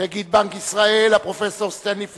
נגיד בנק ישראל, הפרופסור סטנלי פישר,